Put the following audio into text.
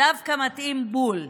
דווקא מתאים בול.